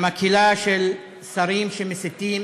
למקהלה של שרים שמסיתים